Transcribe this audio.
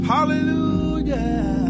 Hallelujah